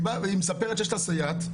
והיא מספרת שיש לה סייעת,